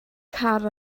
car